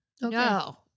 no